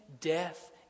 death